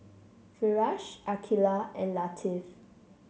Firash Aqilah and Latif